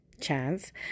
chance